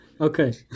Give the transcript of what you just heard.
Okay